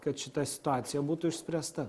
kad šita situacija būtų išspręsta